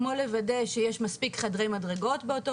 כמו לוודא שיש מספיק חדרי מדרגות באותו